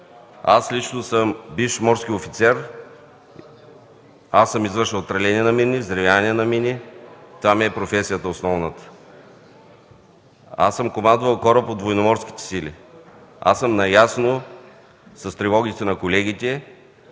Аз лично съм бивш морски офицер. Аз съм извършвал тралене на мини, взривяване на мини. Това е основната ми професия. Аз съм командвал кораб от Военноморските сили. Аз съм наясно с тревогите на колегите.